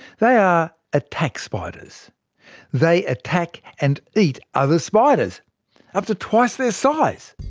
they are attack spiders they attack and eat other spiders up to twice their size!